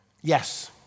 Yes